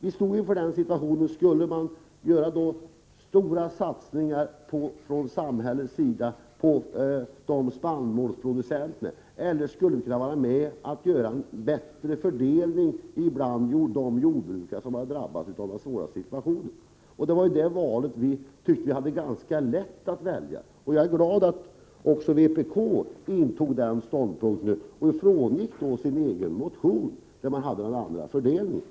Vistod inför frågan om man skulle genomföra stora satsningar från samhällets sida för spannmålsproducenterna eller om man skulle genomföra en bättre fördelning bland de jordbrukare som drabbats av den svåra situationen. Vi tyckte att det i den här frågan var ganska lätt att välja. Jag är glad över att vpk intog samma ståndpunkt och frångick sin egen motion, där man hade en annan fördelning.